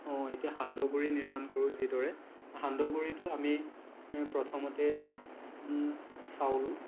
অঁ এতিয়া সান্দহগুড়ি নিৰ্মাণ কৰোঁ যিদৰে সান্দগুড়িটো আমি প্ৰথমতে চাউল